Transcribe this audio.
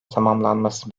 tamamlanması